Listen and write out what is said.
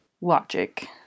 logic